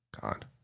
God